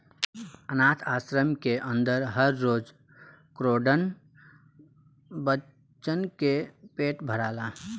आनाथ आश्रम के अन्दर हर रोज करोड़न बच्चन के पेट भराला